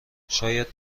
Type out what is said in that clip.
شاید